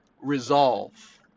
resolve